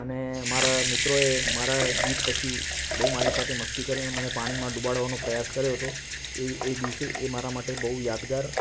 અને મારા મિત્રોએ મારા જીત પછી બહુ મારી સાથે મસ્તી કરી અને મને પાણીમાં ડૂબાળવાનો પ્રયાસ કર્યો હતો એ એ દિવસે એ મારા માટે બહુ યાદગાર